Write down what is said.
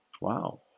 Wow